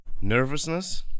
Nervousness